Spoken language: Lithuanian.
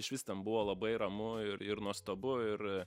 išvis ten buvo labai ramu ir ir nuostabu ir